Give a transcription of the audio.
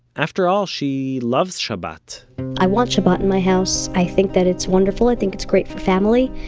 after all, she loves shabbat i want shabbat in my house, i think that it's wonderful, i think it's great for family,